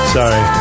sorry